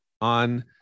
on